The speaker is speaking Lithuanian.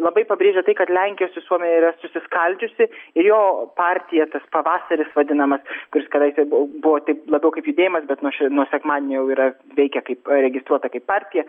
labai pabrėžia tai kad lenkijos visuomenė yra susiskaldžiusi ir jo partija tas pavasaris vadinamas kuris kadaise bu buvo taip labiau kaip žydėjimas bet nuoš nuo sekmadienio jau yra veikia kaip registruota kaip partija